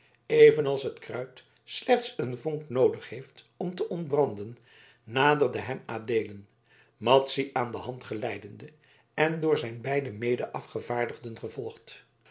evenals het kruit slechts een vonk noodig heeft om te ontbranden naderde hem adeelen madzy aan de hand geleidende en door zijn beide medeafgevaardigden gevolgd